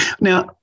now